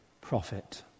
prophet